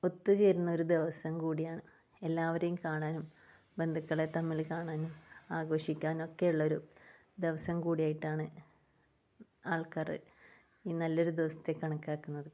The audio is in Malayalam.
ഒത്തുചേരുന്ന ഒരു ദിവസം കൂടിയാണ് എല്ലാവരെയും കാണാനും ബന്ധുക്കളെ തമ്മിൽ കാണാനും ആഘോഷിക്കാനും ഒക്കെയുള്ള ഒരു ദിവസം കൂടിയായിട്ടാണ് ആൾക്കാർ ഈ നല്ലൊരു ദിവസത്തെ കണക്കാക്കുന്നത്